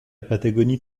patagonie